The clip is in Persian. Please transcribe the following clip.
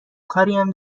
کاریم